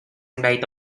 đây